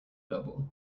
double